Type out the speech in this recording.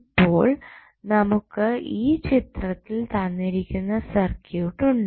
അപ്പോൾ നമുക്ക് ഈ ചിത്രത്തിൽ തന്നിരിക്കുന്ന സർക്യൂട്ട് ഉണ്ട്